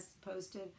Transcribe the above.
posted